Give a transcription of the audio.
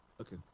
Okay